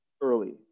early